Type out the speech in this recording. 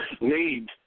need